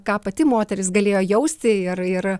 ką pati moteris galėjo jausti ir ir